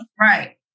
Right